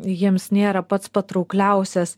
jiems nėra pats patraukliausias